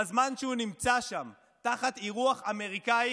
בזמן שהוא נמצא שם תחת אירוח אמריקאי,